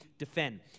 Defend